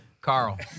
Carl